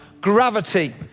Gravity